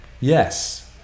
yes